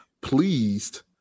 pleased